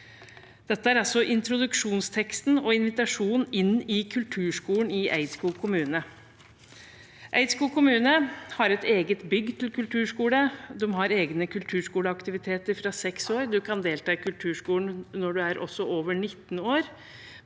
Dette er altså introduksjonsteksten og invitasjonen til kulturskolen i Eidskog kommune. Eidskog kommune har et eget bygg til kulturskole. De har egne kulturskoleaktiviteter fra du er seks år, og du kan delta i kulturskolen også når du er over nitten år.